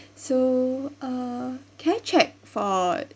so uh can I check for